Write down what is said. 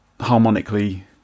harmonically